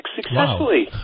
successfully